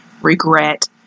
regret